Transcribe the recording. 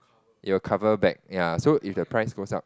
it will cover back ya so if the price goes up